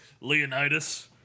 Leonidas